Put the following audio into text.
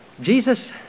Jesus